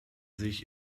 sich